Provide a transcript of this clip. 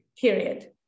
Period